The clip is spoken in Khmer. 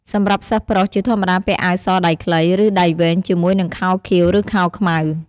សម្រាប់សិស្សប្រុស ជាធម្មតាពាក់អាវសដៃខ្លី ឬដៃវែងជាមួយនឹងខោខៀវ ឬខោខ្មៅ។